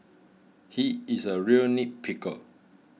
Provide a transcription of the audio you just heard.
he is a real